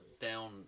down